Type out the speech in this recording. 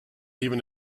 even